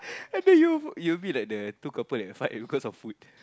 I dare you you a bit like the two couple that fight because of food